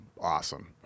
awesome